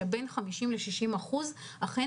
אנחנו יודעים שבין 50% ל-60% אכן